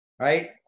right